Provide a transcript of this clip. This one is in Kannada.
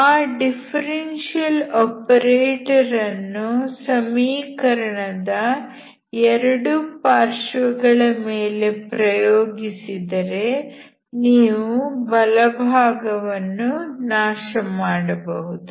ಆ ಡಿಫರೆನ್ಷಿಯಲ್ ಆಪರೇಟರ್ ಅನ್ನು ಸಮೀಕರಣದ 2 ಪಾರ್ಶ್ವಗಳ ಮೇಲೆ ಪ್ರಯೋಗಿಸಿದರೆ ನೀವು ಬಲಭಾಗವನ್ನು ನಾಶ ಮಾಡಬಹುದು